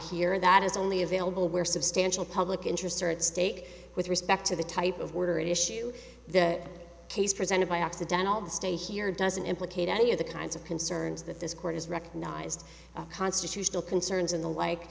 here that is only available where substantial public interests are at stake with respect to the type of order at issue the case presented by accidental the stay here doesn't implicate any of the kinds of concerns that this court has recognized constitutional concerns in the like